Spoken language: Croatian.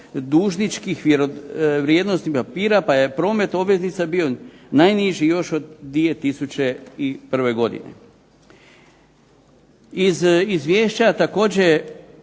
dužničkim vrijednosnim papira pa je promet obveznice bio najniži još od 2001. godine. Iz izvješća također